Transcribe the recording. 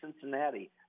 Cincinnati